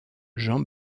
jean